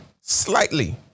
slightly